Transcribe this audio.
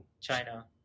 China